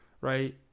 right